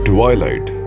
Twilight